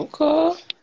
Okay